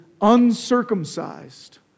uncircumcised